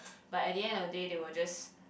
but at the end of the day they will just